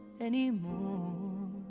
anymore